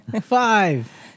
Five